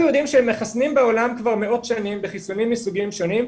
אנחנו יודעים שמחסנים בעולם כבר מאות שנים בחיסונים מסוגים שונים.